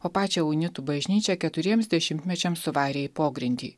o pačią unitų bažnyčią keturiems dešimtmečiams suvarė į pogrindį